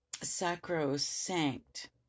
sacrosanct